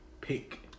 pick